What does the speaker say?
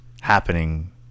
happening